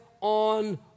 on